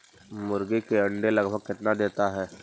मुर्गी के अंडे लगभग कितना देता है?